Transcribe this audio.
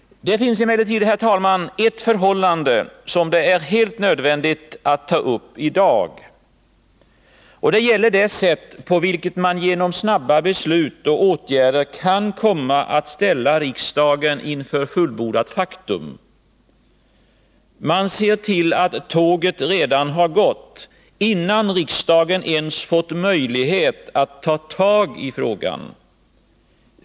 Det finns emellertid, herr talman, ett förhållände som det är helt nödvändigt att ta upp i dag. Det gäller det sätt på vilket man genom snabba beslut och åtgärder kan komma att ställa riksdagen inför ett fullbordat faktum. Man ser till att ”tåget redan har gått”, innan riksdagen ens fått möjlighet att ta tag i frågan.